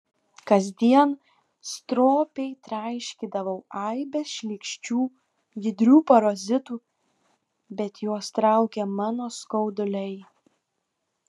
kasdien stropiai traiškydavau aibes šlykščių judrių parazitų bet juos traukė mano skauduliai